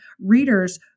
readers